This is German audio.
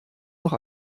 noch